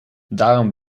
daarom